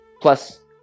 Plus